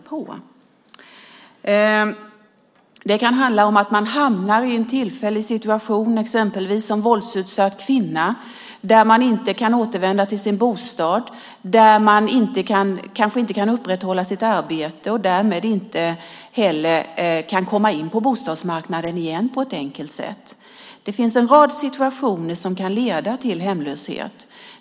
Som våldsutsatt kvinna kan man till exempel hamna i en tillfällig situation där man inte kan återvända till sin bostad. Man kanske inte kan upprätthålla sitt arbete och därmed inte heller kan komma in på bostadsmarknaden igen på ett enkelt sätt. Det finns en rad situationer som kan leda till hemlöshet.